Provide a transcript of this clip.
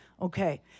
Okay